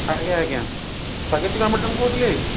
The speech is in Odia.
ଆଜ୍ଞା ଆଜ୍ଞା ସ୍ୱାଗତିକା ମ୍ୟାଡ଼ମ୍ କହୁଥିଲେ